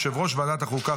יושב-ראש ועדת החוקה,